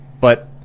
but-